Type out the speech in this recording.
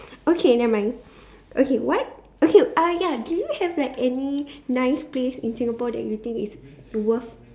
okay nevermind okay what okay ah ya do you have like any nice place in Singapore that you think is worth